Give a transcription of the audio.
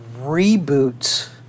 reboots